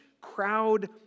crowd